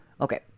Okay